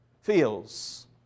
feels